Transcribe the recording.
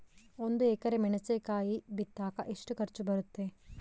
ಒಂದು ಎಕರೆ ಮೆಣಸಿನಕಾಯಿ ಬಿತ್ತಾಕ ಎಷ್ಟು ಖರ್ಚು ಬರುತ್ತೆ?